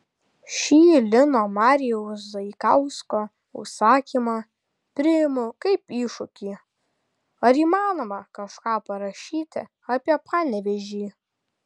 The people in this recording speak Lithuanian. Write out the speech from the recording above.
šį lino marijaus zaikausko užsakymą priimu kaip iššūkį ar įmanoma kažką parašyti apie panevėžį